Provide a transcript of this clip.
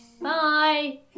Bye